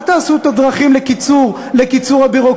אל תעשו את הדרכים לקיצור הביורוקרטיה,